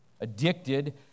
Addicted